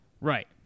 Right